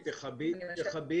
כל תכנית